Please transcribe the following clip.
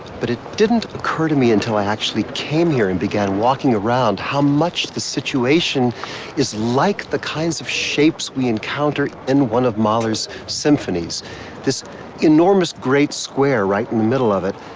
but it didn't occur to me until i actually came here and began walking around how much the situation is like the kinds of shapes we encounter in one of mahler's symphonies this enormous great square right in the middle of it,